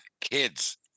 kids